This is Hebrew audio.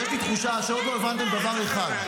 ויש לי תחושה שעוד לא הבנתם דבר אחד.